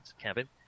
cabin